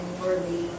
worthy